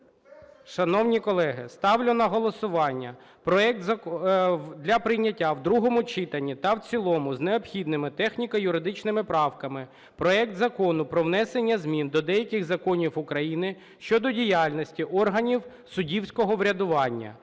Шановні колеги, ставлю на голосування проект… для прийняття в другому читанні та в цілому з необхідними техніко-юридичними правками проект Закону про внесення змін до деяких законів України щодо діяльності органів суддівського врядування